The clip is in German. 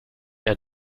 ein